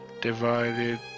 divided